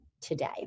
today